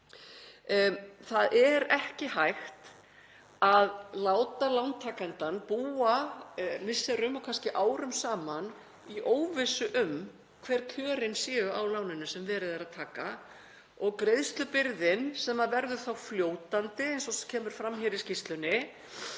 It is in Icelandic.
Það er ekki hægt að láta lántakandann búa misserum og kannski árum saman í óvissu um hver kjörin séu á láninu sem verið er að taka og greiðslubyrðin, sem verður þá fljótandi, eins og kemur fram í skýrslunni